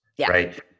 right